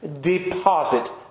Deposit